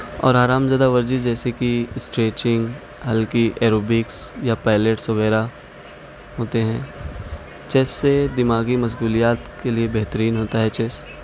اور آرام زدہ ورزش جیسے کہ اسٹیچنگ ہلکی ایروبکس یا پیلیٹس وغیرہ ہوتے ہیں چیس سے دماغی مشغولیات کے لیے بہترین ہوتا ہے چیس